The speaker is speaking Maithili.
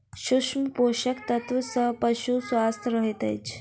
सूक्ष्म पोषक तत्व सॅ पशु स्वस्थ रहैत अछि